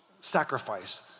sacrifice